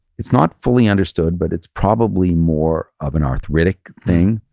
it's not fully understood, but it's probably more of an arthritic thing,